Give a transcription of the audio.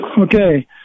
Okay